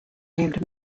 named